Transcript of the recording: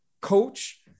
Coach